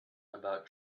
about